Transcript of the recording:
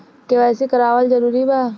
KYC करवावल जरूरी बा?